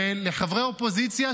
ולחברי אופוזיציה,